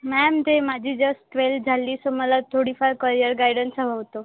ma'am ते माझी just twelfth झाली सो मला थोडीफार कयिअर गायडन्स हवं होतं